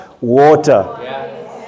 water